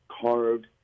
carved